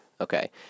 Okay